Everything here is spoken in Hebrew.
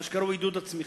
מה שקרוי "עידוד הצמיחה".